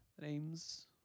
names